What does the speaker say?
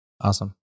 Awesome